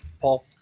paul